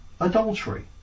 adultery